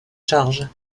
charge